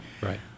Right